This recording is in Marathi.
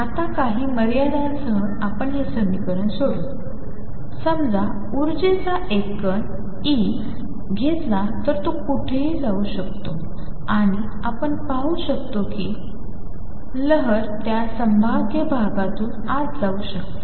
आता काही मर्यादांसह आपण हे समीकरण सोडवू समजा ऊर्जेचा कण E घेतला तर तो कोठेही जाऊ शकतो आणि आपण पाहू शकतो कि हि लहर त्या संभाग्य भागातून आत जाऊ शकते